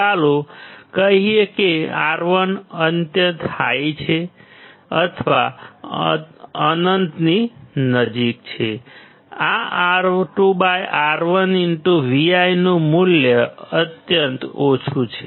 ચાલો કહીએ કે R1 અનંત છે અથવા અનંતની નજીક છે આ R2R1Vi નું મૂલ્ય અત્યંત ઓછું હશે